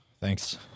Thanks